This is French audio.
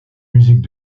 musiques